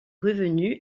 revenus